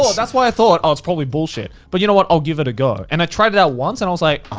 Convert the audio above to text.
that's why i thought, oh, it's probably bullshit. but you know what, i'll give it a go. and i tried it out once, and i was like,